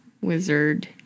wizard